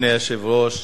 אדוני היושב-ראש,